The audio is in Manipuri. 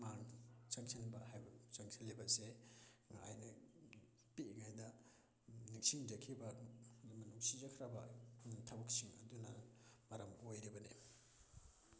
ꯃꯥꯡ ꯆꯪꯁꯤꯟꯕ ꯍꯥꯏꯕ ꯆꯪꯁꯤꯜꯂꯤꯕꯁꯦ ꯑꯩꯅ ꯄꯤꯛꯏꯉꯩꯗ ꯅꯤꯡꯁꯤꯡꯖꯈꯤꯕ ꯅꯨꯡꯁꯤꯖꯈ꯭ꯔꯕ ꯊꯕꯛꯁꯤꯡ ꯑꯗꯨꯅ ꯃꯔꯝ ꯑꯣꯏꯔꯤꯕꯅꯤ